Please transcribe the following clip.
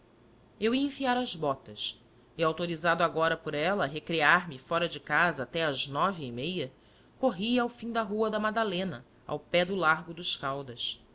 eu ia enfiar as botas e autorizado agora por ela a recrear me fora de casa até às nove e meia corria ao fim da rua da madalena ao pé do largo dos caídas